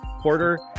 porter